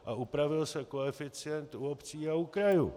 A upravil se koeficient u obcí a u krajů.